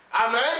Amen